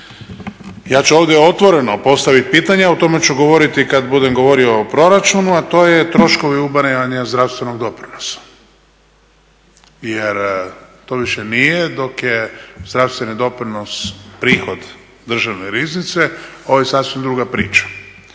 ja ću ovdje otvoreno postavit pitanje, o tome ću govoriti kad budem govorio o proračunu, a to je troškovi ubiranja zdravstvenog doprinosa jer to više nije dok je zdravstveni doprinos prihod Državne riznice ovo je sasvim druga priča.